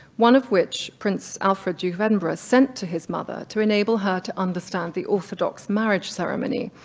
one of which prince alfred, duke of edinburgh sent to his mother, to enable her to understand the orthodox marriage ceremony.